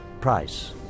price